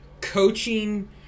coaching